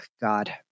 God